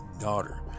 daughter